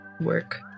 work